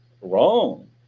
wrong